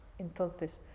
entonces